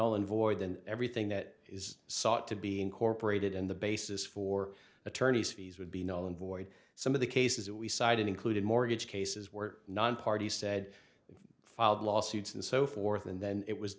all in void and everything that is sought to be incorporated in the basis for attorney's fees would be known void some of the cases that we cited included mortgage cases where nonparty said they filed lawsuits and so forth and then it was